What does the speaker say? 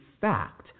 fact